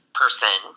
person